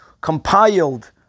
compiled